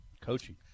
Coaching